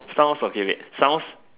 sound okay wait sounds